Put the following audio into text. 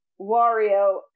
Wario